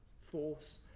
force